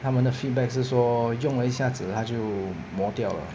他们的 feedback 是说用了一下子它就抹掉了